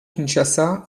kinshasa